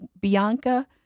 Bianca